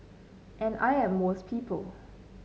and I am most people